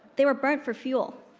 they were burnt for fuel,